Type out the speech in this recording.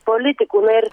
politikų na ir